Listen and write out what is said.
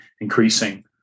increasing